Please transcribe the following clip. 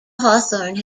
hawthorne